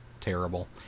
terrible